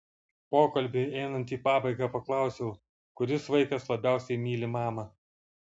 pokalbiui einant į pabaigą paklausiau kuris vaikas labiausiai myli mamą